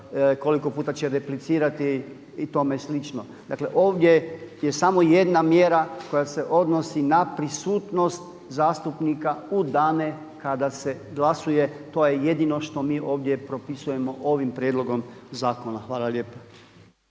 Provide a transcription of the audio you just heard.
koliko puta će replicirati i tome slično. Dakle ovdje je samo jedna mjera koja se odnosi na prisutnost zastupnika u dane kada se glasuje, to je jedino što mi ovdje propisujemo ovim prijedlogom zakona. Hvala lijepa.